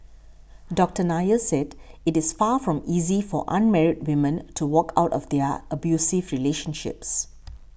Doctor Nair said it is far from easy for unmarried women to walk out of their abusive relationships